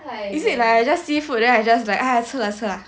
is it like I just see food then I just like !aiya! 吃 lah 吃 lah